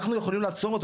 אנחנו יכולים לעצור אותו,